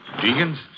Deacons